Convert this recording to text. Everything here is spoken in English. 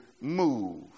move